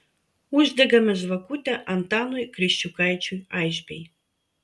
uždegame žvakutę antanui kriščiukaičiui aišbei